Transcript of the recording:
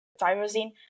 tyrosine